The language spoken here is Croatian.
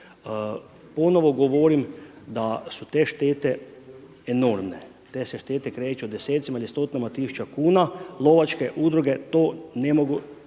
Ponovno govorim da su te štete enormne. Te se štete kreću u desecima ili stotinama tisuću kuna, lovačke udruge to ne mogu